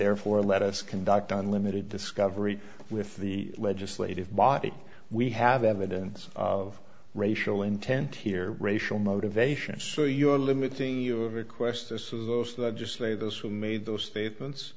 therefore let us conduct on limited discovery with the legislative body we have evidence of racial intent here racial motivation so you're limiting your request just play those who made those statements